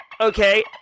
Okay